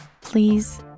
please